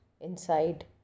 inside